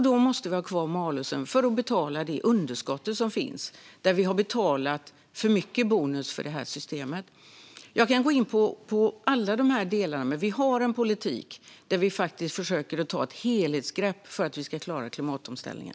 Då måste vi ha kvar malusdelen för att betala det underskott som finns. Vi har betalat för mycket bonus för det här systemet. Jag kan gå in på alla dessa delar. Vi har en politik där vi faktiskt försöker ta ett helhetsgrepp för att vi ska klara klimatomställningen.